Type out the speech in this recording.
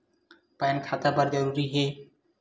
Pan खाता बर जरूरी हे?